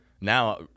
Now